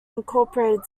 incorporated